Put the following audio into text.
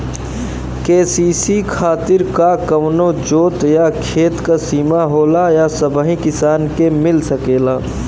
KCC खातिर का कवनो जोत या खेत क सिमा होला या सबही किसान के मिल सकेला?